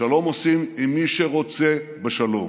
שלום עושים עם מי שרוצה בשלום